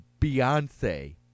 Beyonce